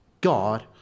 God